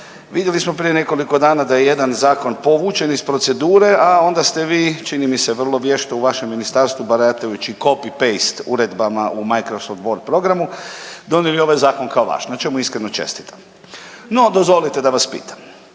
vidjeli smo prije nekoliko dana da je jedan zakon povučen iz procedure, a onda ste vi čini mi se vrlo vješto u vašem ministarstvu baratajući copy paste uredbama u Microsoft word programu donijeli ovaj Zakon kao vaš, na čemu iskreno čestitam. No, dozvolite da vas pitam.